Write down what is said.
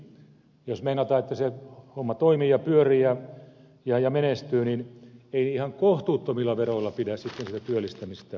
jos meinataan että se homma toimii ja pyörii ja menestyy niin ei ihan kohtuuttomilla veroilla pidä sitten sitä työllistämistä estää